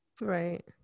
Right